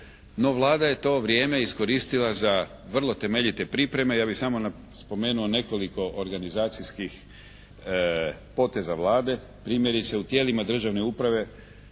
Vlada je to vrijeme iskoristila za vrlo temeljite pripreme. Ja bih samo spomenuo nekoliko organizacijskih poteza Vlade. Primjerice, u tijelima državne uprave,